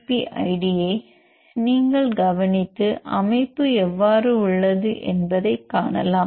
B ஐடியை நீங்கள் கவனித்து அமைப்பு எவ்வாறு உள்ளது என்பதைக் காணலாம்